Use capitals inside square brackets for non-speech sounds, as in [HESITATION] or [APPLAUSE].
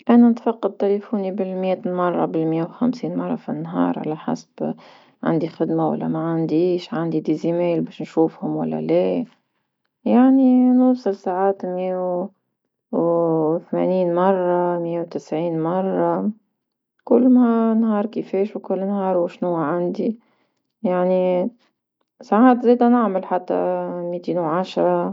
انا نتفقد تيليفوني بالمية مؤة لمرة بالمية وخمسين مرة في النهار على حسب عندي خدمة ولا ما عنديش عندي باش إيميلات باش نشوفهم ولا لا، يعني [HESITATION] نوصل سعات مئة وثمانين مرة، ميئة وتسعين مرة كل ما نهار كيفاش وكل نهار وشنو عندي يعني سعات زادة نعمل حتى [HESITATION] مئتين وعشرة.